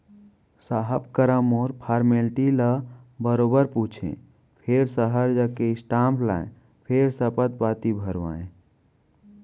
साहब करा मोर फारमेल्टी ल बरोबर पूछें फेर सहर जाके स्टांप लाएँ फेर सपथ पाती भरवाएंव